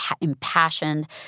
impassioned